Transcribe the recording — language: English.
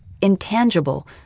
intangible